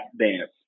Dance